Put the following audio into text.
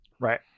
right